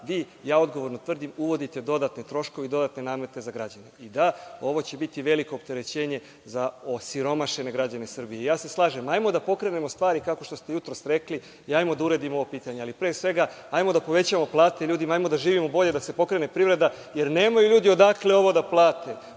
vi, ja odgovorno tvrdim, uvodite dodatne troškove i dodatne namete za građane. I da, ovo će biti veliko opterećenje za osiromašene građane Srbije. Ja se slažem – ajmo da pokrenemo stvari, kao što ste jutros rekli i ajmo da uredimo ovo pitanje. Ali, pre svega, ajmo da povećamo plate ljudima, ajmo da živimo bolje, da se pokrene privreda, jer nemaju ljudi odakle ovo da plate.